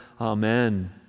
Amen